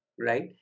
right